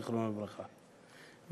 זיכרונו לברכה,